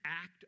act